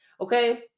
Okay